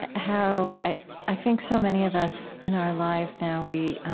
ah how i i think so many of us in our lives now we